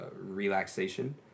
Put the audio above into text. relaxation